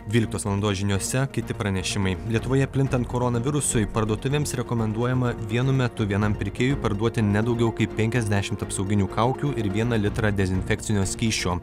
dvyliktos valandos žiniose kiti pranešimai lietuvoje plintant koronavirusui parduotuvėms rekomenduojama vienu metu vienam pirkėjui parduoti ne daugiau kaip penkiasdešimt apsauginių kaukių ir vieną litrą dezinfekcinio skysčio